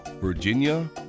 Virginia